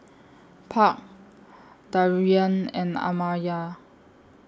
Park Darrian and Amaya